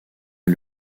est